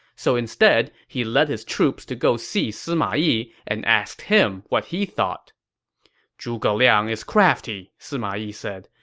so instead, he led his troops to go see sima yi and asked him what he thought zhuge liang is crafty, sima yi said.